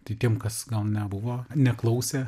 tai tiem kas gal nebuvo neklausė